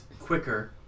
quicker